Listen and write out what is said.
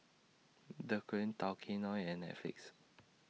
Dequadin Tao Kae Noi and Netflix